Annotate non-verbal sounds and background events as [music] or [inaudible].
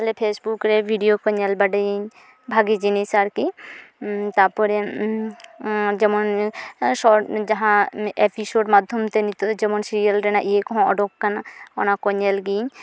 Facebook ᱨᱮ video ᱠᱚ ᱧᱮᱞ ᱵᱟᱲᱟᱤᱧ ᱵᱷᱟᱜᱮ ᱡᱤᱱᱤᱥ ᱟᱨᱠᱤ ᱛᱟᱯᱚᱨᱮ ᱡᱮᱢᱚᱱ [unintelligible] ᱡᱟᱦᱟᱸ ᱮᱯᱤᱥᱳᱰ ᱢᱟᱫᱽᱫᱷᱚᱢᱛᱮ ᱱᱤᱛᱚᱜᱫᱚ ᱡᱮᱢᱚᱱ ᱥᱤᱨᱤᱭᱟᱞ ᱨᱮᱱᱟᱜ ᱤᱭᱟᱹᱠᱚ ᱦᱚᱸ ᱚᱰᱳᱠ ᱠᱟᱱᱟ ᱚᱱᱟᱠᱚ ᱦᱚᱸ ᱧᱮᱞᱜᱮᱭᱟᱹᱧ